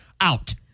Out